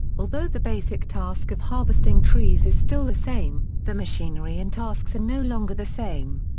although the basic task of harvesting trees is still the same, the machinery and tasks are no longer the same.